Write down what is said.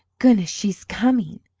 goodness, she's coming!